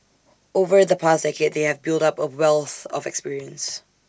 over the past decade they have built up A wealth of experience